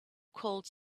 called